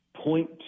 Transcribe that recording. point